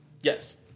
Yes